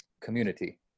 community